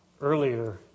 Earlier